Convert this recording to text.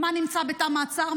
מה נמצא בתא המעצר,